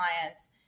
clients